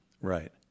Right